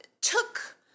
took